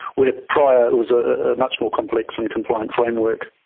where prior it was a much more complex and compliant framework.